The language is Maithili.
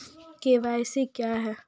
के.वाई.सी क्या हैं?